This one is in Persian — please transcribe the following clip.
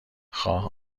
خواه